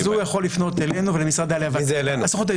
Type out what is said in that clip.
אז הוא יכול לפנות אלינו ולמשרד העלייה והקליטה.